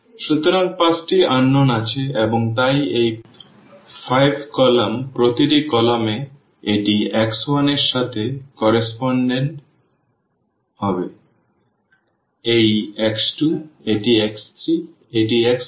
সুতরাং 5 টি অজানা আছে এবং তাই এই 5 কলাম প্রতিটি কলাম এ এটি x1 এর সাথে সামঞ্জস্যপূর্ণ হবে এই x2 এটি x3 এটি x4 এটি x5